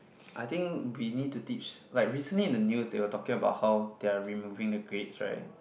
I think we need to teach like recently in the news they were talking about how they are removing the grades right